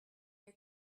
your